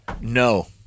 no